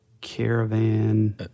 Caravan